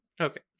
Okay